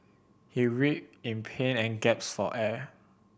he read in pain and gasped for air